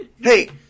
hey